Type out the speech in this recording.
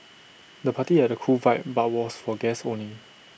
the party had A cool vibe but was for guests only